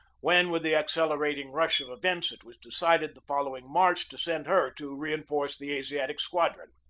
when, with the accelerating rush of events, it was decided, the following march, to send her to reinforce the asi atic squadron.